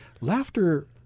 Laughter